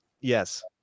Yes